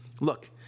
Look